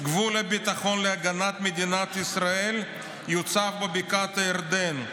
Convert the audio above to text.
"גבול הביטחון להגנת מדינת ישראל יוצב בבקעת הירדן,